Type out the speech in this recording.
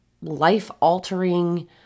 life-altering